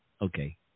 Okay